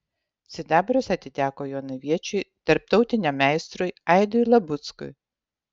sidabras atiteko jonaviečiui tarptautiniam meistrui aidui labuckui